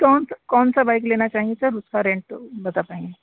कौन सा कौन सा बाइक लेना चाहेंगे सर उसका रेंट बता पाएँगे